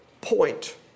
point